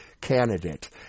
candidate